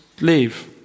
Leave